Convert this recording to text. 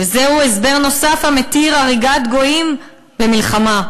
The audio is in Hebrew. וזהו הסבר נוסף המתיר הריגת גויים במלחמה.